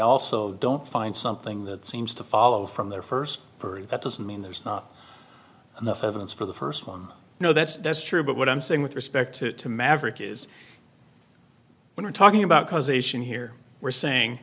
also don't find something that seems to follow from their first birth that doesn't mean there's not enough evidence for the first one you know that's true but what i'm saying with respect to the maverick is when we're talking about causation here we're saying